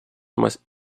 más